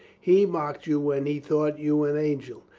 he mocked you when he thought you an angel,